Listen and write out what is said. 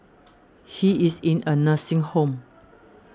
he is in a nursing home